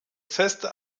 feste